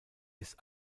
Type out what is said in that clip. ist